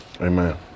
Amen